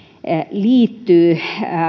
liittyy